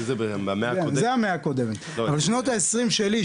אבל שנות ה-20 שלי,